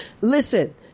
listen